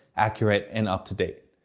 accurate, and up to date.